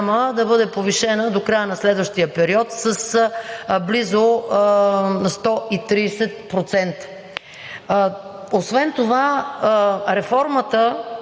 да бъде повишена до края на следващия период с близо 130%. Освен това реформата